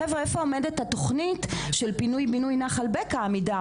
חבר'ה איפה עומדת התוכנית של פינוי-בינוי נחל בקע עמידר?